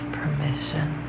permission